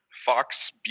Fox